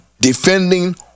defending